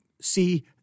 see